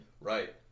Right